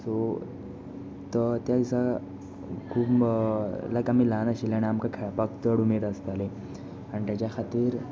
so तो त्या दिसा खूब लायक आमी ल्हान आशिल्ले आनी आमकां खेळपाक चड उमेद आसताली आनी ताच्या खातीर